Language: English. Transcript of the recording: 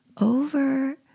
over